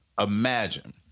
imagine